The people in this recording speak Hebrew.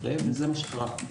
וזה מה שקרה.